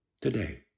today